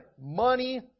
Money